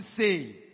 say